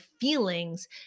feelings